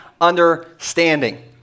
understanding